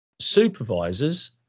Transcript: supervisors